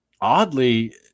oddly